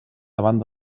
davant